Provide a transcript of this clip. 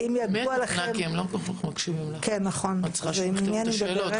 האם ידוע לכם --- הם צריכים לכתוב את השאלות,